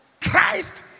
christ